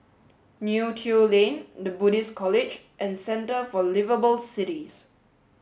Neo Tiew Lane The Buddhist College and centre for liveable cities